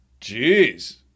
Jeez